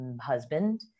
husband